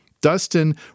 Dustin